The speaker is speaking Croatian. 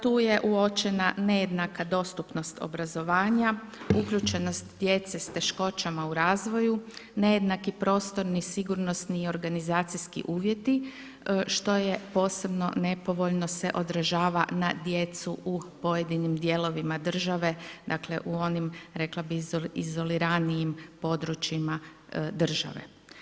Tu je uočena nejednaka dostupnost obrazovanja, uključenost djece s teškoćama u razvoju, nejednaki prostorni sigurnosni i organizacijski uvjeti što se posebno nepovoljno odražava na djecu u pojedinim dijelovima države, dakle u onom izoliranijim područjima države.